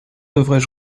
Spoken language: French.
devrais